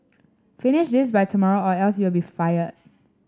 finish this by tomorrow or else you'll be fired